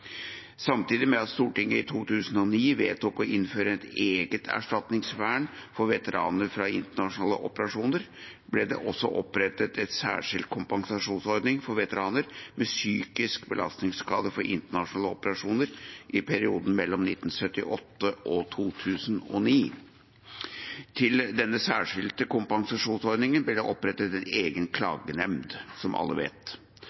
Samtidig med at Stortinget i 2009 vedtok å innføre et eget erstatningsvern for veteraner fra internasjonale operasjoner, ble det også opprettet en særskilt kompensasjonsordning for veteraner med psykiske belastningsskader fra internasjonale operasjoner i perioden mellom 1978 og 2009. Til denne særskilte kompensasjonsordningen ble det opprettet en egen klagenemnd, som alle vet.